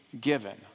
given